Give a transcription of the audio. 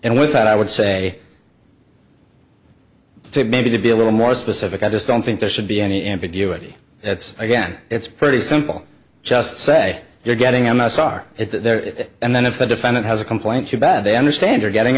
and with that i would say to maybe to be a little more specific i just don't think there should be any ambiguity it's again it's pretty simple just say you're getting m s r if they're it and then if the defendant has a complaint too bad they understand you're getting